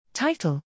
Title